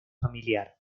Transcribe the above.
familiar